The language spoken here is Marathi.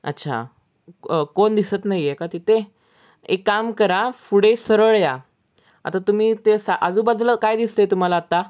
अच्छा कोण दिसत नाही आहे का तिथे एक काम करा पुढे सरळ या आता तुम्ही ते सा आजूबाजूला काय दिसत आहे तुम्हाला आता